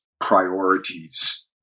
priorities